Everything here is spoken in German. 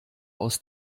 aus